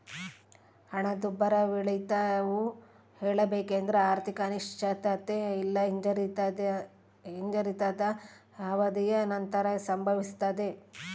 ಹಣದುಬ್ಬರವಿಳಿತವು ಹೇಳಬೇಕೆಂದ್ರ ಆರ್ಥಿಕ ಅನಿಶ್ಚಿತತೆ ಇಲ್ಲಾ ಹಿಂಜರಿತದ ಅವಧಿಯ ನಂತರ ಸಂಭವಿಸ್ತದೆ